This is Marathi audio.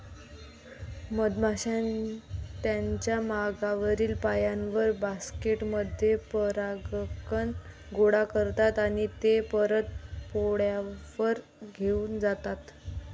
मधमाश्या त्यांच्या मागील पायांवर, बास्केट मध्ये परागकण गोळा करतात आणि ते परत पोळ्यावर घेऊन जातात